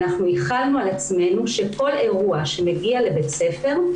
אנחנו החלנו על עצמנו את זה שכל אירוע שמגיע לבית ספר,